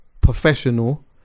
Professional